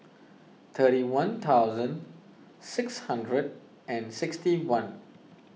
thirty one thousand six hundred and sixty one